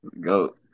Go